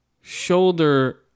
shoulder